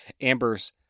Amber's